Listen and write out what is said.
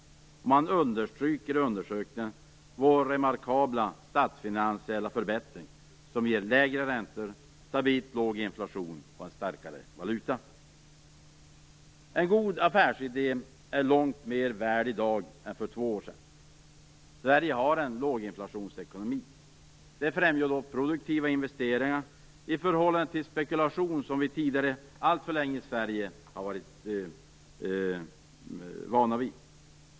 Man understryker i undersökningen vår remarkabla statsfinansiella förbättring som ger lägre räntor, stabilt låg inflation och en starkare valuta. En god affärsidé är långt mer värd i dag än för två år sedan. Sverige har en låginflationsekonomi. Det främjar produktiva investeringar i förhållande till spekulation, som vi i Sverige tidigare alltför länge har varit vana vid.